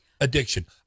addiction